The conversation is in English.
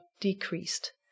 decreased